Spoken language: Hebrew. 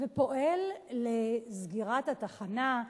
ופועל לסגירת התחנה.